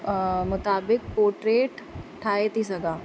मुताबिक पोर्ट्रेट ठाहे थी सघां